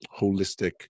holistic